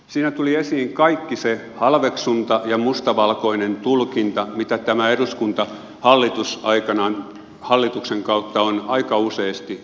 siinä tuli esiin kaikki se halveksunta ja musta valkoinen tulkinta mitä tämä eduskunta hallituksen kautta on aika useasti esittänyt